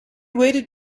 waited